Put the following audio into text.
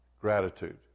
gratitude